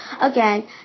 Again